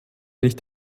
nicht